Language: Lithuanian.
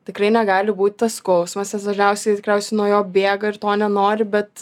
tikrai negali būt tas skausmas nes dažniausiai tikriausiai nuo jo bėga ir to nenori bet